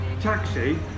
Taxi